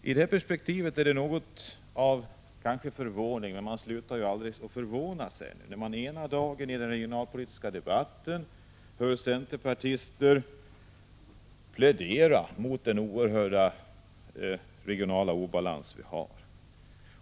I det perspektivet är det något förvånande — men man slutar ju aldrig att förvånas — att centerpartister i den regionalpolitiska debatten häromdagen framförde kritik mot den oerhörda regionala obalans som vi har.